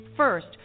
First